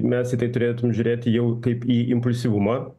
mes į tai turėtum žiūrėti jau kaip į impulsyvumą